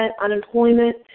unemployment